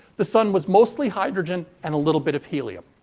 the sun was mostly hydrogen and a little bit of helium.